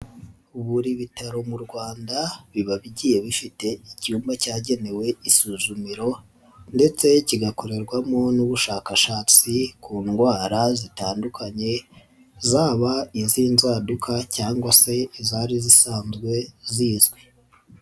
Buri bitaro mu Rwanda biba bigiye bifite icyumba cyagenewe isuzumiro ndetse kigakorerwamo n'ubushakashatsi ku ndwara zitandukanye, zaba iz'inzaduka cyangwa se izari zisanzwe zizwi.